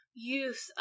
Youth